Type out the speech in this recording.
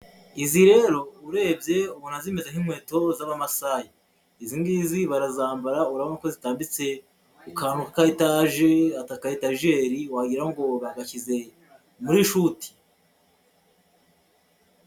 Izi rero urebye ubona zimeze nk'inkweto z'abamasayi, izi ngizi barazambara urabona ko zitambitse ku kantu ka ka etaje, ati aka etajeri wagira bagashyize muri shuti.